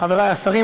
חברי השרים,